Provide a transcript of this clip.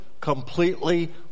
completely